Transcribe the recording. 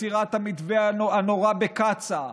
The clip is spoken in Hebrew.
עצירת המתווה הנורא בקצא"א,